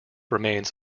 remains